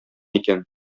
икән